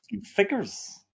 figures